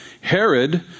Herod